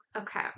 Okay